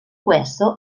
questo